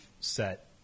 set